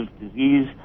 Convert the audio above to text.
Disease